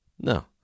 No